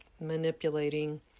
manipulating